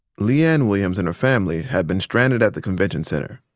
le-ann williams and her family had been stranded at the convention center,